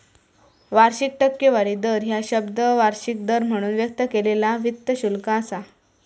वार्षिक टक्केवारी दर ह्या शब्द वार्षिक दर म्हणून व्यक्त केलेला वित्त शुल्क असा